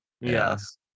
yes